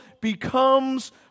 becomes